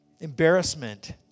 embarrassment